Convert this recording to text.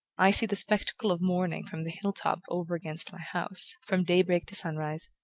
i see the spectacle of morning from the hill-top over against my house, from day-break to sun-rise,